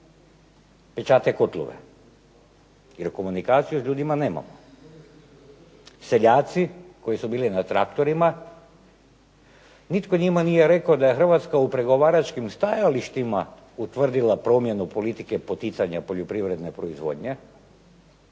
pečate kotlove, jer komunikaciju s ljudima nemamo. Seljaci koji su bili na traktorima, nitko njima nije rekao da je Hrvatska u pregovaračkim stajalištima utvrdila promjenu politike poticanja poljoprivredne proizvodnje